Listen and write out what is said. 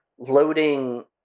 Loading